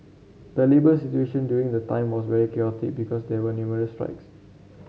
the labour situation during the time was very chaotic because there were numerous strikes